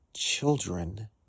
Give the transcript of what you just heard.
children